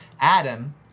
Adam